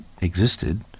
existed